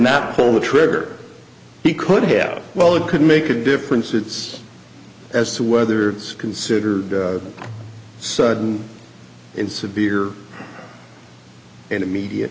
not pull the trigger he could have well it could make a difference it's as to whether it's considered sudden and severe and immedia